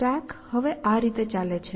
stack હવે આ રીતે ચાલે છે